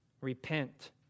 Repent